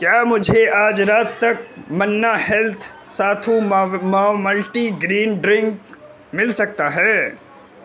کیا مجھے آج رات تک Manna health sathu maavu multi grain drink مل سکتا ہے